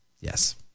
Yes